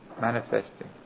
manifesting